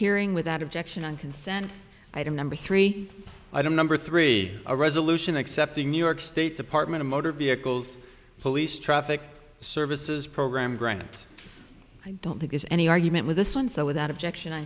hearing without objection on consent item number three i don't number three a resolution accepting new york state department of motor vehicles police traffic services program grant i don't think is any argument with this one so without objection